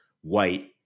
white